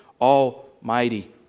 almighty